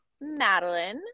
Madeline